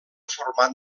format